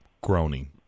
groaning